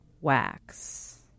wax